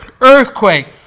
earthquake